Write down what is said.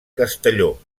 castelló